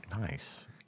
Nice